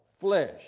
flesh